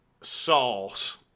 sauce